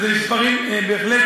ואלה מספרים בהחלט,